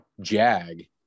JAG